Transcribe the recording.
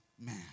man